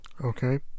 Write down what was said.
Okay